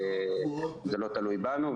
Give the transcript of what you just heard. זה לא תלוי בנו.